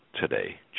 today